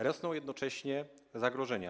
Rosną jednocześnie zagrożenia.